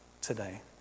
today